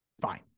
Fine